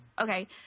okay